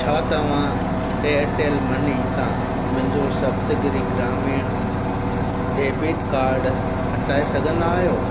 छा तव्हां Airtel money तां मुंहिंजो सप्तगिरी ग्रामीण डेबिट कार्ड हटाए सघंदा आहियो